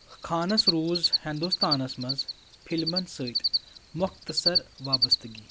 خانَس روُز ہندوستانَس منٛز فِلمَن سۭتۍ مۄختٕصر وابسطٕگی